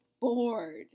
bored